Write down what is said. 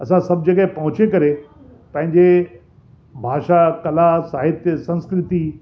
असां सभु जॻहि पहुची करे पंहिंजे भाषा कला साहित्य संस्कृती